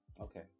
Okay